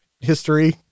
history